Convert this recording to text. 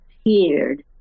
appeared